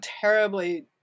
terribly